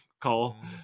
call